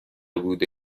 بوده